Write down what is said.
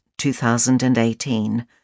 2018